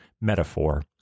Metaphor